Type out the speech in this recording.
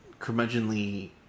curmudgeonly